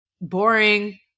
Boring